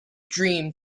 dream